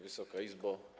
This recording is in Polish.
Wysoka Izbo!